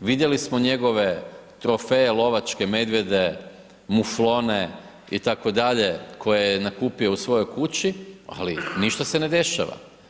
vidjeli smo njegove trofeje, lovačke medvjede, muflone itd. koje je nakupio u svojoj kući, ali ništa se ne dešava.